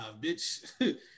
bitch